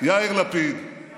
רק